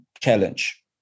challenge